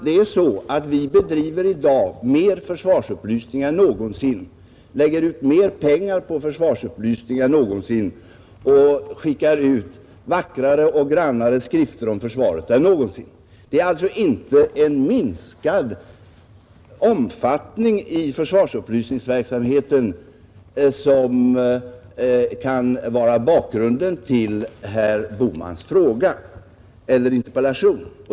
Det är på det sättet, herr Bohman, att vi i dag bedriver mer försvarsupplysning än någonsin, lägger ut mer pengar på försvarsupplysning än någonsin och skickar ut vackrare och grannare skrifter om försvaret än någonsin. Det är alltså inte en minskad omfattning i försvarsupplysningsverksamheten som kan ligga till grund för herr Bohmans interpellation.